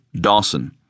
Dawson